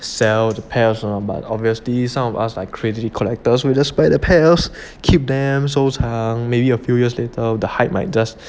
sell the pairs or not but obviously some of us are crazy collectors we will just buy the pairs keep them 收藏 maybe a few years later the hype might just